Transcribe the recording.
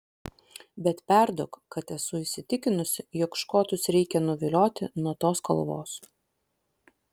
bet perduok kad esu įsitikinusi jog škotus reikia nuvilioti nuo tos kalvos